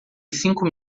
cinco